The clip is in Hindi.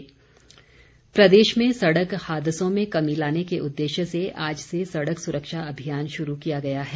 सड़क सुरक्षा प्रदेश में सड़क हादसों में कमी लाने के उद्देश्य से आज से सड़क सुरक्षा अभियान शुरू किया गया है